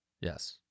Yes